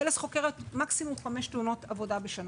"פלס" חוקרת מקסימום חמש תאונות עבודה בשנה.